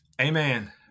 amen